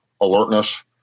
alertness